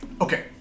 Okay